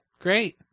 great